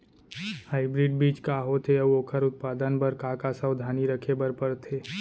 Hybrid बीज का होथे अऊ ओखर उत्पादन बर का का सावधानी रखे बर परथे?